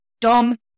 Dom